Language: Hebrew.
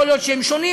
יכול להיות שהם שונים,